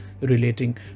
relating